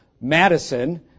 Madison